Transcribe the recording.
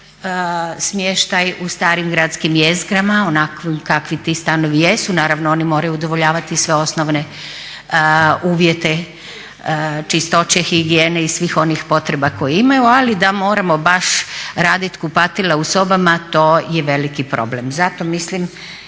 traže smještaj u starim gradskim jezgrama onakvim kakvi ti stanovi jesu, naravno oni moraju udovoljavati sve osnovne uvjete čistoće, higijene i svih onih potreba koje imaju, ali da moramo baš radit kupatila u sobama to je veliki problem. Zato mislim